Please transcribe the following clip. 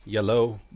Yellow